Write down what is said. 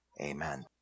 Amen